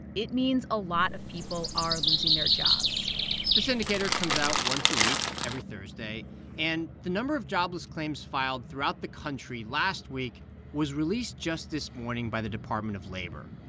it means a lot of people are losing their jobs this indicator comes out once a week every thursday and the number of jobless claims filed throughout the country last week was released just this morning by the department of labor.